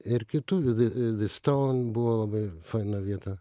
ir kitų vidų the stone buvo labai faina vieta